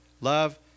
Love